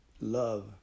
love